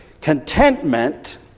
Contentment